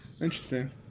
Interesting